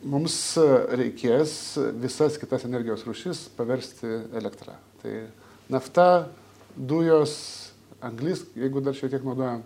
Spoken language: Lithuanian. mums reikės visas kitas energijos rūšis paversti elektra tai nafta dujos anglis jeigu dar šiek tiek naudojam